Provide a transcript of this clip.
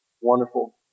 wonderful